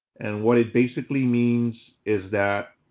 and what it basically means is that,